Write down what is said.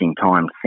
time